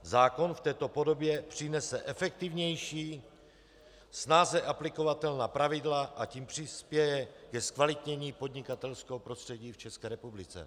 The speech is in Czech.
Zákon v této podobě přinese efektivnější, snáze aplikovatelná pravidla, a tím přispěje ke zkvalitnění podnikatelského prostředí v České republice.